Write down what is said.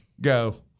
Go